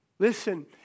Listen